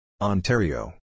Ontario